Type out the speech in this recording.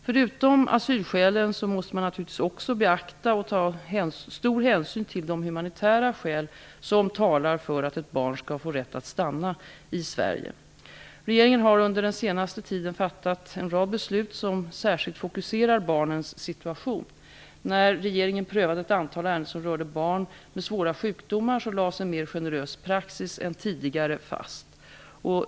Förutom asylskälen måste man naturligtvis också beakta och ta stor hänsyn till de humanitära skäl som talar för att ett barn skall få rätt att stanna i Sverige. Regeringen har under den senaste tiden fattat en rad beslut som särskilt fokuserar barnens situation. När regeringen prövade ett antal ärenden som rörde barn med svåra sjukdomar lades en mer generös praxis än tidigare fast.